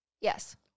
Yes